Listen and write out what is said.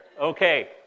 Okay